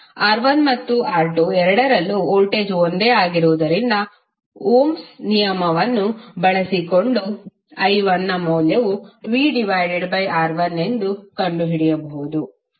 R1 ಮತ್ತು R2 ಎರಡರಲ್ಲೂ voltage ಒಂದೇ ಆಗಿರುವುದರಿಂದ ಓಮ್ಸ್ ನಿಯಮವನ್ನುOhm's law ಬಳಸಿಕೊಂಡು i1 ನ ಮೌಲ್ಯವು vR1 ಎಂದು ಕಂಡುಹಿಡಿಯಬಹುದು